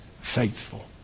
faithful